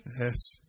Yes